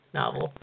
novel